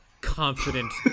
confident